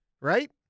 right